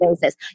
basis